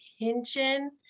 attention